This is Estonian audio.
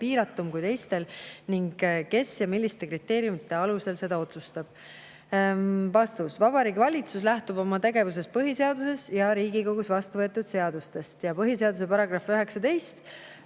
piiratum kui teistel ning kes ja milliste kriteeriumide alusel seda otsustab?" Vastus. Vabariigi Valitsus lähtub oma tegevuses põhiseadusest ja Riigikogus vastuvõetud seadustest. Põhiseaduse §-st 19